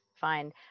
Fine